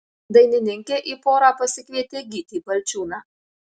dainininkė į porą pasikvietė gytį balčiūną